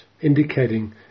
indicating